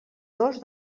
dos